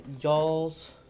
y'all's